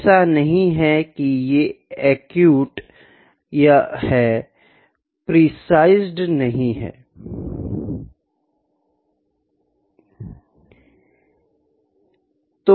ऐसा नहीं है कि ये प्रेसीसेड नहीं हैं